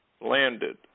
landed